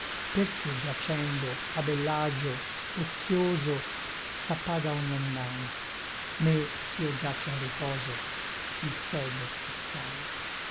perché giacendo a bell'agio ozioso s'appaga ogni animale me s'io giaccio in riposo il tedio assale